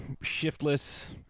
shiftless